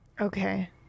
Okay